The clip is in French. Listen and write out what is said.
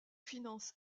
finances